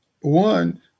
One